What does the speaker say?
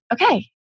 okay